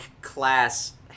Class